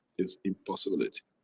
it's impossibility.